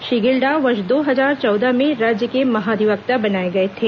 श्री गिल्डा वर्ष दो हजार चौदह में राज्य के महाधिवक्ता बनाए गए थे